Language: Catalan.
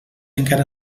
encara